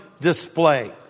display